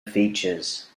features